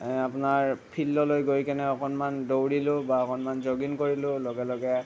আপোনাৰ ফিল্ডলৈ গৈকিনে অকণমান দৌৰিলোঁ বা অকণমান জ'গিং কৰিলোঁ লগে লগে